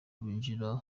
binjira